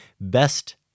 best